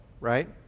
right